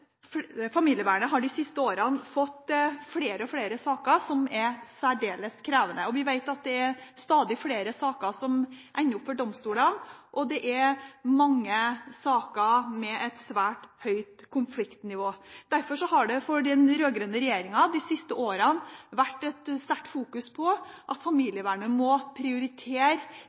Familievernet har de siste årene fått flere og flere saker som er særdeles krevende. Vi vet at det er stadig flere saker som ender opp for domstolene, og det er mange saker med et svært høyt konfliktnivå. Derfor har det fra den rød-grønne regjeringen de siste årene vært et sterkt fokus på at familievernet må prioritere